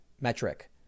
metric